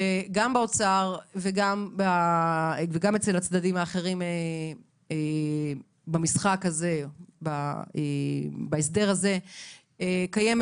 שגם באוצר וגם בצדדים האחרים בהסדר הזה קיימים